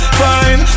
fine